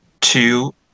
two